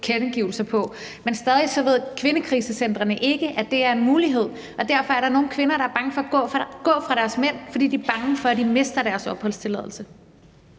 tilkendegivelser på. Men stadig ved kvindekrisecentrene ikke, at det er en mulighed, og derfor er der nogle kvinder, der er bange for at gå fra deres mand, og det er, fordi de er bange for, at de mister deres opholdstilladelse.